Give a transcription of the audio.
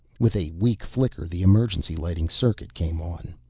with a weak flicker the emergency lighting circuit came on.